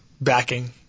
backing